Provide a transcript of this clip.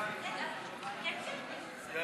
חוק המועצה להשכלה גבוהה (תיקון מס' 20),